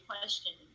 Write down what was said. question